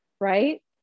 right